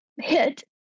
Hit